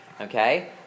okay